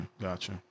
Gotcha